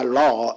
law